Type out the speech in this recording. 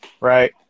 right